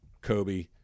Kobe